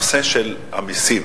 הנושא של המסים.